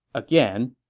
again.